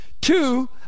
Two